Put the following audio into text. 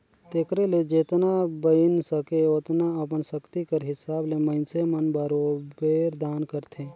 तेकरे ले जेतना बइन सके ओतना अपन सक्ति कर हिसाब ले मइनसे मन बरोबेर दान करथे